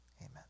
Amen